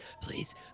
please